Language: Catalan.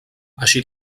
així